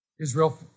Israel